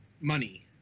money